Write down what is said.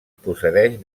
procedeix